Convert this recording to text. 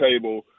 table